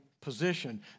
position